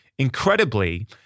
Incredibly